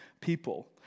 people